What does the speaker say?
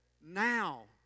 now